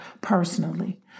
personally